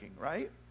right